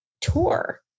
tour